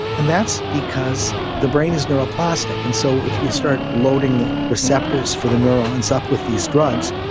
and that's because the brain is neuroplastic. and so if you start loading the receptors for the neurons up with these drugs,